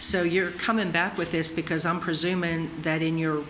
so you're coming back with this because i'm presuming that in your